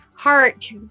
Heart